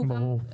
והוא גם אפקטיבי.